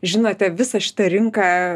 žinote visą šitą rinką